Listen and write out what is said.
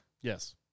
Yes